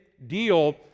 deal